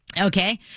Okay